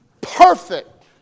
perfect